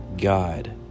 God